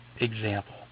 example